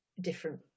different